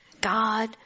God